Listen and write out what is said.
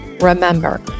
Remember